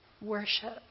Worship